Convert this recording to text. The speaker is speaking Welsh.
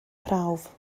prawf